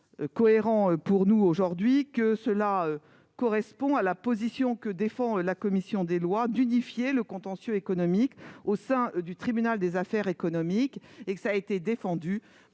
cohérent pour nous aujourd'hui qu'une telle proposition correspond à la position que défend la commission des lois d'unifier le contentieux économique au sein du tribunal des affaires économiques. Cette position a été défendue